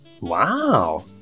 Wow